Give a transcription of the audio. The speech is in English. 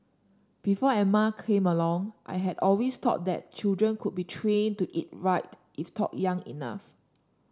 before Emma came along I had always thought that children could be trained to eat right if taught young enough